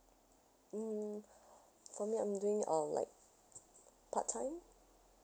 mm for me I'm doing uh like part time